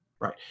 Right